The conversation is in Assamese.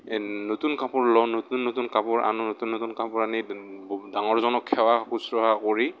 এই নতুন কাপোৰ লওঁ নতুন নতুন কাপোৰ আনি ডাঙৰজনক সেৱা শুশ্ৰূষা কৰি